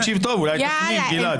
תקשיב טוב, אולי תפנים, גלעד.